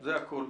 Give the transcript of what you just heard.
זה הכול.